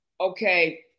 Okay